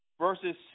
verses